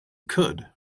could